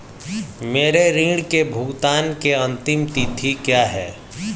मेरे ऋण के भुगतान की अंतिम तिथि क्या है?